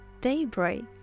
daybreak